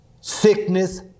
Sickness